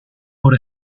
por